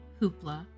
Hoopla